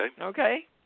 Okay